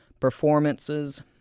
performances